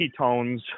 ketones